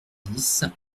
dix